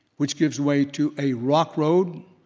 which gives way to a rock road,